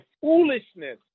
foolishness